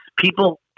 People